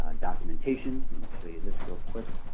ah documentation, let me show you this real quick.